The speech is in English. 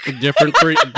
Different